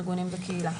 ארגונים וקהילה.